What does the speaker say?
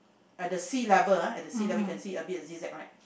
at the sea level ah at the sea level can see a bit of zig zag right